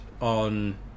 on